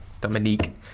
Dominique